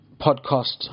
podcast